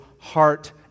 heart